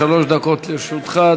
שלוש דקות לרשותך,